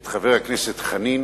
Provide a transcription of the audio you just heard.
את חבר הכנסת חנין